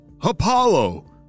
Apollo